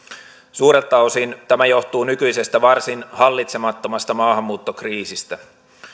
suurelta osin tämä johtuu nykyisestä varsin hallitsemattomasta maahanmuuttokriisistä